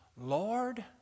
Lord